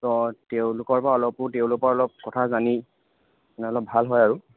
অঁ তেওঁলোকৰপৰা অলপো তেওঁলোকৰপৰা অলপ কথা জানি মানে অলপ ভাল হয় আৰু